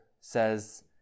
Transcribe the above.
says